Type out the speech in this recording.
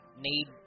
need